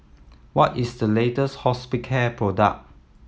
what is the latest Hospicare product